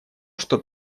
что